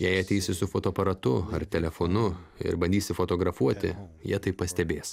jei ateisi su fotoaparatu ar telefonu ir bandysi fotografuoti jie tai pastebės